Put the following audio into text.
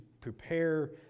prepare